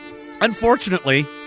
unfortunately